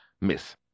Miss